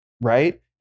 right